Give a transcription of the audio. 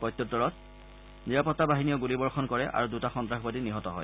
প্ৰত্যুত্তৰত নিৰাপত্তা বাহিনীয়েও গুলীবৰ্ষণ কৰে আৰু দুটা সন্ত্ৰাসবাদী নিহত হয়